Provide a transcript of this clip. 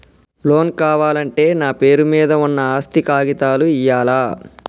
Loan కావాలంటే నా పేరు మీద ఉన్న ఆస్తి కాగితాలు ఇయ్యాలా?